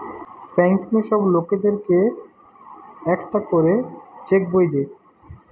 bank নু সব লোকদের কে একটা করে চেক বই দে